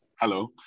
Hello